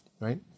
right